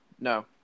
No